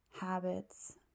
habits